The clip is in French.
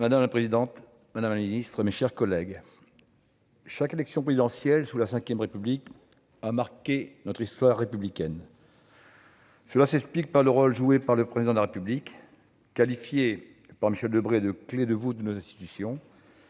Madame la présidente, madame la ministre, mes chers collègues, chaque élection présidentielle sous la VRépublique a marqué notre histoire républicaine. Cela s'explique par le rôle joué par le Président de la République, qualifié par Michel Debré de « clé de voûte » de nos institutions,